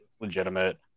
legitimate